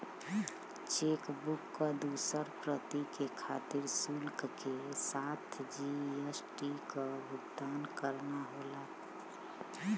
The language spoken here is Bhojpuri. चेकबुक क दूसर प्रति के खातिर शुल्क के साथ जी.एस.टी क भुगतान करना होला